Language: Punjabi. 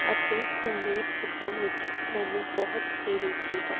ਅਤੇ ਸੰਗੀਤ ਸਿੱਖਣ ਵਿੱਚ ਮੈਨੂੰ ਬਹੁਤ ਹੀ ਰੁਚੀ ਹੈ